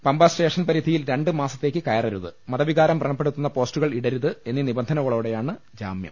Pamba station പരിധിയിൽ രണ്ട് മാസത്തേക്ക് കയറരുത് മതവികാരം പ്രണ പ്പെടുത്തുന്ന പോസ്റ്റുകൾ ഇടരുത് എന്നീ നിബന്ധനകളോടെയാണ് ജാമ്യം